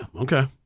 Okay